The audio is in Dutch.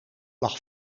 lag